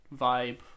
vibe